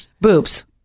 boobs